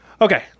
Okay